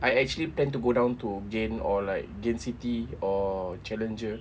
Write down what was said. I actually plan to go down to gain or like gain city or challenger